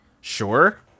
Sure